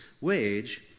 wage